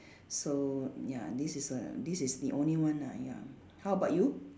so ya this is the this is the only one ah ya how about you